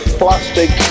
plastic